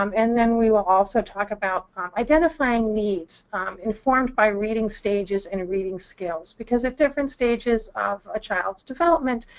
um and then we will also talk about identifying needs informed by reading stages and reading skills. because at different stages of a child's development,